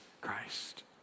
Christ